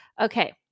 Okay